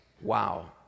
Wow